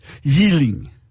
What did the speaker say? healing